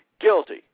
guilty